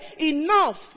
enough